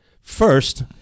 First